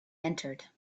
entered